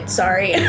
sorry